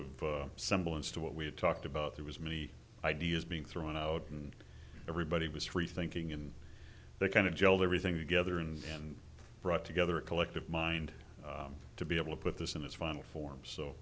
of semblance to what we had talked about there was many ideas being thrown out and everybody was rethinking and they kind of jelled everything together and brought together a collective mind to be able to put this in its final form so